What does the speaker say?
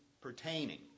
pertaining